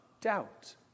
doubt